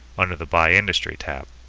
under the by industry tab